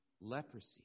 leprosy